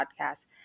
podcast